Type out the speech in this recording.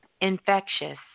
infectious